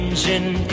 Engine